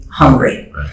hungry